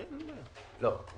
לא,